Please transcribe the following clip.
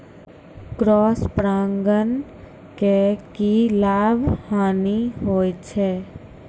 Cross परागण के की लाभ, हानि होय छै?